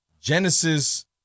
Genesis